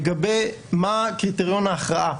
המושבעים לגבי קריטריון ההכרעה.